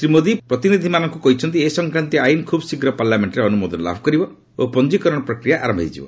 ଶ୍ରୀ ମୋଦୀ ପ୍ରତିନିଧିମାନଙ୍କୁ କହିଛନ୍ତି ଏ ସଂକ୍ରାନ୍ତୀୟ ଆଇନ୍ ଖୁବ୍ ଶୀଘ୍ର ପାର୍ଲାମେଣ୍ଟରେ ଅନୁମୋଦନ ଲାଭ କରିବ ଓ ପଞ୍ଜିକରଣ ପ୍ରକ୍ରିୟା ଆରମ୍ଭ ହୋଇଯିବ